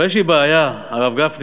אבל יש לי בעיה, הרב גפני,